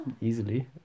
Easily